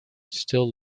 still